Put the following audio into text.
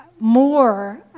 more